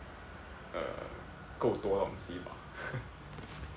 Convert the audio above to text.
err 够多东西吧